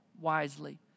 wisely